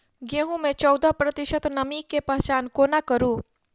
गेंहूँ मे चौदह प्रतिशत नमी केँ पहचान कोना करू?